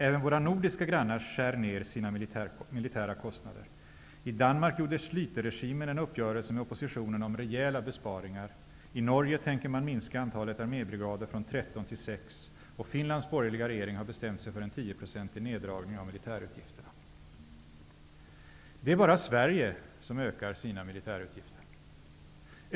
Även våra nordiska grannar skär ned sina militära kostnader. I Danmark gjorde Schlüterregeringen en uppgörelse med oppositionen om rejäla besparingar. I Norge tänker man minska antalet armébrigader från 13 till 6, och Finlands borgerliga regering har bestämt sig för en 10-procentig neddragning av militärutgifterna. Det är bara Sverige som ökar sina militärutgifter.